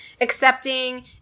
accepting